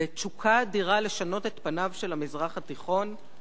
ותשוקה אדירה לשנות את פניו של המזרח התיכון,